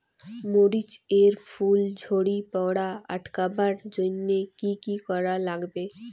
মরিচ এর ফুল ঝড়ি পড়া আটকাবার জইন্যে কি কি করা লাগবে?